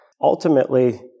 Ultimately